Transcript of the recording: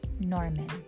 Norman